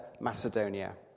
Macedonia